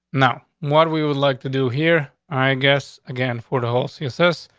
no, what we would like to do here, i guess, again, for the whole psychosis.